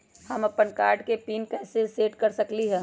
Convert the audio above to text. हम अपन कार्ड के पिन कैसे सेट कर सकली ह?